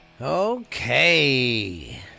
Okay